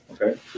Okay